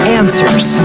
answers